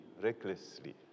recklessly